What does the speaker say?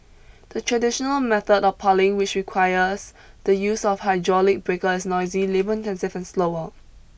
the traditional method of piling which requires the use of hydraulic breaker is noisy labour intensive and slower